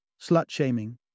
slut-shaming